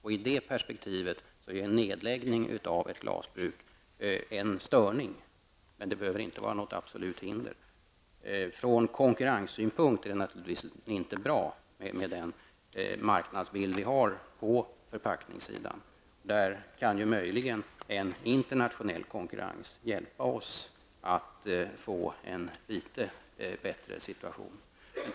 I det perspektivet är en nedläggning av ett glasbruk en störning, men det behöver inte vara något absolut hinder. Från konkurrenssynpunkt är den marknadsbild som vi har på förpackningssidan inte bra. Där kan möjligen en internationell konkurrens hjälpa oss att få till stånd en litet bättre situation.